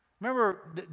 Remember